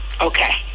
Okay